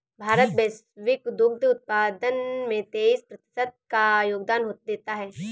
भारत वैश्विक दुग्ध उत्पादन में तेईस प्रतिशत का योगदान देता है